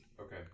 Okay